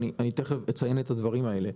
ותיכף אציין את הדברים הללו.